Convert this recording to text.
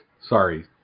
Sorry